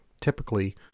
typically